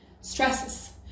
stresses